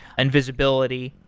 and visibility.